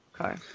Okay